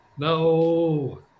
No